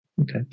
Okay